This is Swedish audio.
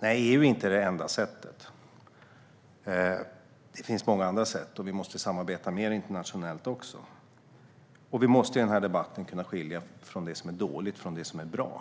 Nej, EU är inte det enda sättet; det finns många andra sätt. Vi måste också samarbeta mer internationellt. Vi måste i den här debatten kunna skilja det som är dåligt från det som är bra.